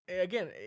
Again